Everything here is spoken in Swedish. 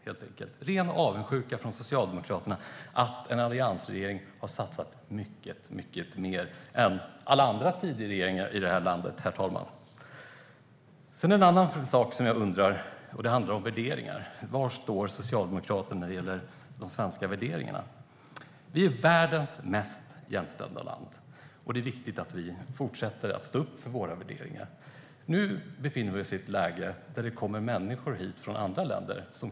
Det är ren avundsjuka från Socialdemokraterna mot att en alliansregering har satsat mycket mer än alla andra tidigare regeringar i landet har gjort. Herr talman! Jag undrar över en annan sak. Det gäller värderingar. Var står Socialdemokraterna när det gäller de svenska värderingarna? Vi är världens mest jämställda land. Det är viktigt att vi fortsätter stå upp för våra värderingar. Nu befinner vi oss i ett läge då det kommer hit människor från andra länder.